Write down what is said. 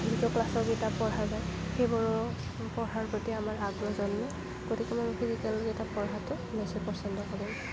যিবোৰ ক্লাছৰ কিতাপ পঢ়া যায় সেইবোৰো পঢ়াৰ প্ৰতি আমাৰ আগ্ৰহ জন্মে গতিকে মই ফিজিকেল কিতাপ পঢ়াটো অৱশ্য়েই পছন্দ কৰোঁ